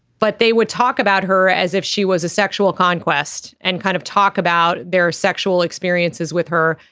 but they would talk about her as if she was a sexual conquest and kind of talk about their sexual experiences with her.